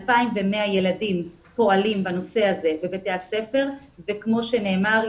2,100 ילדים פועלים בנושא הזה בבתי הספר וכמו שנאמר,